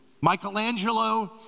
Michelangelo